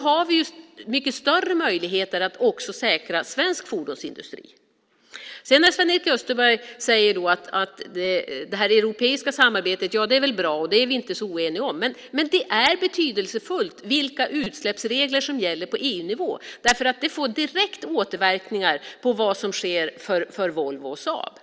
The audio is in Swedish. har vi mycket större möjligheter att också säkra svensk fordonsindustri. Sven-Erik Österberg säger att det europeiska samarbetet är bra och att det är vi inte så oeniga om. Men det är betydelsefullt vilka utsläppsregler som gäller på EU-nivå, därför att de får direkta återverkningar för Volvo och Saab.